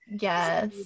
Yes